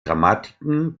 grammatiken